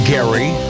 Gary